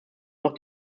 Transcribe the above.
noch